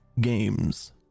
games